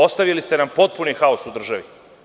Ostavili ste nam potpuni haos u državi.